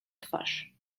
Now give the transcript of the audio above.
twarz